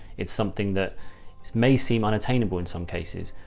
it's something that may seem unattainable in some cases,